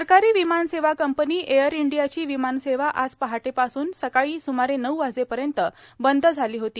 सरकारां विमान सेवा कंपनी एअर ईंडियाची विमानसेवा आज पाहटेपासून सकाळी सुमारे नऊ वाजेपयत बंद झालां होती